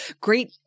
great